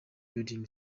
building